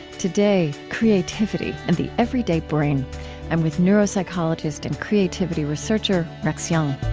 today creativity and the everyday brain i'm with neuropsychologist and creativity researcher, rex jung